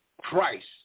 Christ